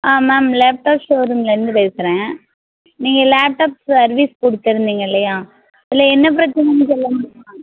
ஆ ma'am laptop show ரூம்லேருந்து பேசுகிறேன் நீங்கள் லேப்டாப் சர்வீஸ் கொடுத்துருந்தீங்கல்லயா அதில் என்ன பிரச்சினைனு சொல்லமுடியுமா